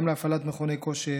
גם להפעלת מכוני כושר,